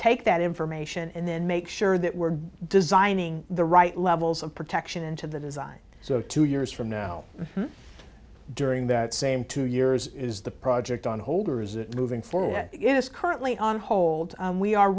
take that information and then make sure that we're designing the right levels of protection into the design so two years from now during that same two years is the project on hold or is it moving forward it is currently on hold we are